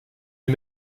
est